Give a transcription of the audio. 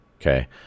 Okay